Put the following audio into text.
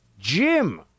Jim